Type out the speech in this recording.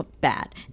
bad